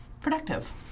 productive